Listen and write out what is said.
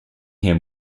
him